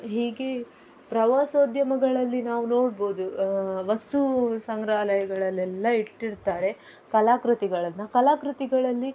ಹೀಗೆ ಪ್ರವಾಸೋದ್ಯಮಗಳಲ್ಲಿ ನಾವು ನೋಡ್ಬೋದು ವಸ್ತು ಸಂಗ್ರಹಾಲಯಗಳಲ್ಲೆಲ್ಲ ಇಟ್ಟಿರ್ತಾರೆ ಕಲಾಕೃತಿಗಳನ್ನು ಕಲಾಕೃತಿಗಳಲ್ಲಿ